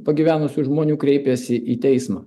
pagyvenusių žmonių kreipėsi į teismą